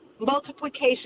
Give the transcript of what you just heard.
multiplication